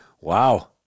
Wow